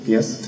Yes